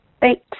Thanks